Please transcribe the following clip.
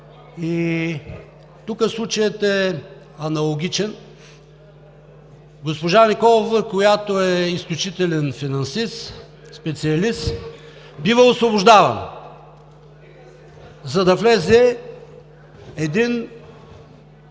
Тук случаят е аналогичен – госпожа Николова, която е изключителен финансист, специалист, бива освобождавана, за да влезе един…